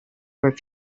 where